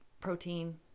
protein